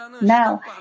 Now